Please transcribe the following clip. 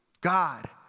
God